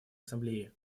ассамблеи